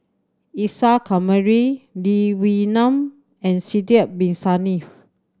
Isa Kamari Lee Wee Nam and Sidek Bin Saniff